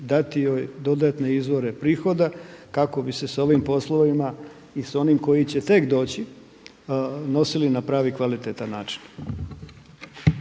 dati joj dodatne izvore prihoda kako bi se s ovim poslovima i s onim koji će tek doći nosili na pravi kvalitetan način.